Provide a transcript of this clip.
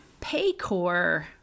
Paycor